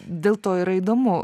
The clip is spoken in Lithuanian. dėl to yra įdomu